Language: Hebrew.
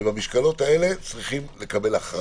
ויש לקבל בהן הכרעה.